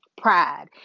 pride